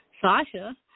Sasha